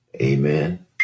Amen